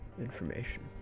information